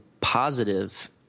positive